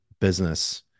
business